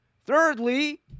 Thirdly